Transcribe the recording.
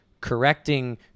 correcting